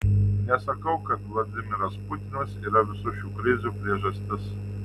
nesakau kad vladimiras putinas yra visų šių krizių priežastis